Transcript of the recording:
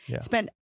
spent